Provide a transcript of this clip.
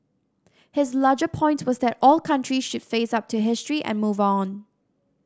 his larger point was that all countries should face up to history and move on